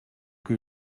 que